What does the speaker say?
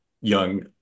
young